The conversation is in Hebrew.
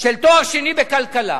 של תואר שני בכלכלה,